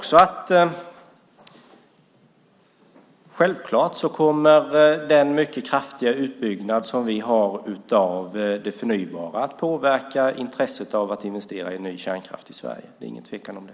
Självklart kommer den kraftiga utbyggnaden av det förnybara att påverka intresset av att investera i ny kärnkraft i Sverige. Det råder inget tvivel om det.